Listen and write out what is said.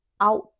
out